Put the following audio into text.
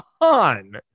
on